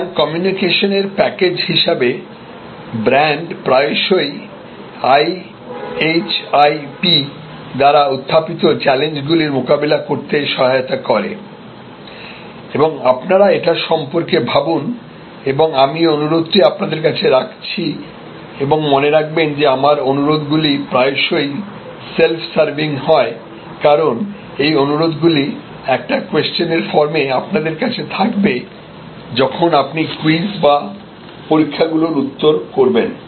সুতরাং কমিউনিকেশনের প্যাকেজ হিসাবে ব্র্যান্ড প্রায়শই আইএইচআইপি দ্বারা উত্থাপিত চ্যালেঞ্জগুলির মোকাবেলা করতে সহায়তা করে এবং আপনারা এটি সম্পর্কে ভাবুন আমি এই অনুরোধটি আপনাদের কাছে রাখছি এবং মনে রাখবেন যে আমার অনুরোধগুলি প্রায়শই সেল্ফ সার্ভিং হয় কারণ এই অনুরোধগুলি একটা কোশ্চেন এর ফর্মে আপনাদের কাছে থাকবে যখন আপনি কুইজ বা পরীক্ষাগুলির উত্তর করবেন